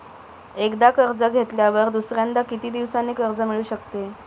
एकदा कर्ज घेतल्यावर दुसऱ्यांदा किती दिवसांनी कर्ज मिळू शकते?